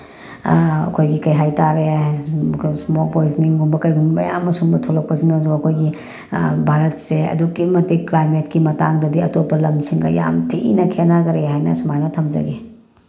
ꯑꯩꯈꯣꯏꯒꯤ ꯀꯩ ꯍꯥꯏ ꯇꯥꯔꯦ ꯏꯁꯃꯣꯛ ꯄꯣꯏꯖꯅꯤꯡꯒꯨꯝꯕ ꯀꯩꯒꯨꯝꯕ ꯃꯌꯥꯝ ꯑꯃ ꯁꯨꯝꯕ ꯊꯣꯛꯂꯛꯄꯁꯤꯅꯁꯨ ꯑꯩꯈꯣꯏꯒꯤ ꯚꯥꯔꯠꯁꯦ ꯑꯗꯨꯛꯀꯤ ꯃꯇꯤꯛ ꯀ꯭ꯂꯥꯏꯃꯦꯠꯀꯤ ꯃꯇꯥꯡꯗꯗꯤ ꯑꯇꯣꯞꯄ ꯂꯝꯁꯤꯡꯒ ꯌꯥꯝ ꯊꯤꯅ ꯈꯦꯠꯅꯈ꯭ꯔꯦ ꯍꯥꯏꯅ ꯁꯨꯃꯥꯏꯅ ꯊꯝꯖꯒꯦ